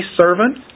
servant